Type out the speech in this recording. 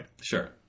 Sure